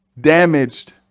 damaged